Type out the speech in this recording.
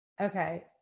okay